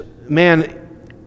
man